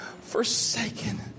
forsaken